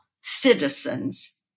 citizens